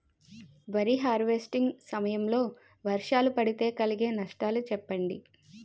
వరి హార్వెస్టింగ్ సమయం లో వర్షాలు పడితే కలిగే నష్టాలు చెప్పండి?